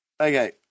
Okay